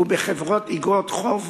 ובחברות איגרות חוב